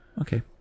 okay